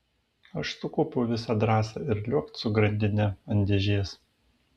aš sukaupiau visą drąsą ir liuokt su grandine ant dėžės